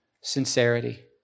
sincerity